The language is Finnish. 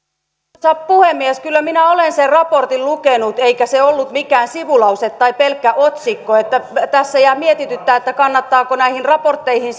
arvoisa puhemies kyllä minä olen sen raportin lukenut eikä se ollut mikään sivulause tai pelkkä otsikko tässä jää mietityttämään kannattaako näihin raportteihin